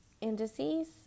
indices